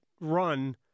run